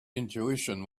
intuition